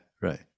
right